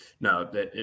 No